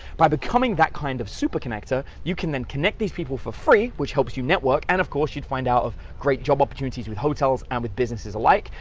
by becoming that kind of super connector, you can then connect these people for free, which helps you network, and of course you'd find out of great job opportunities with hotels and with businesses alike,